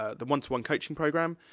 ah the one-to-one coaching programme,